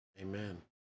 Amen